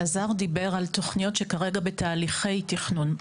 אלעזר דיבר על תוכניות שכרגע בתהליכי תכנון.